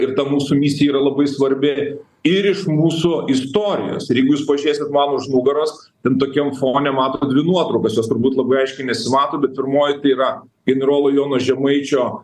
ir ta mūsų misija yra labai svarbi ir iš mūsų istorijos ir jeigu jūs pažiūrėsit man už nugaros ten tokiam fone matot dvi nuotraukas jos turbūt labai aiškiai nesimato bet pirmoji tai yra generolo jono žemaičio